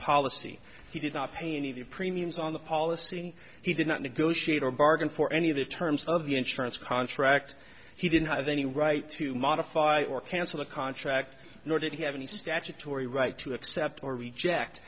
policy he did not pay any of the premiums on the policy he did not negotiate or bargain for any of the terms of the insurance contract he didn't have any right to modify or cancel the contract nor did he have any statutory right to accept or reject